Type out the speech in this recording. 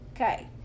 Okay